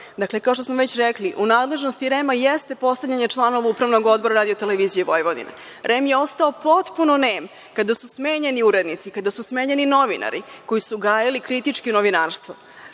Dakle, kao što smo već rekli, u nadležnosti REM jeste postavljanje članova Upravnog odbora RTV. REM je ostao potpuno nem kada su smenjeni urednici, kada su smenjeni novinari koji su gajili kritičko novinarstvo.